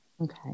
Okay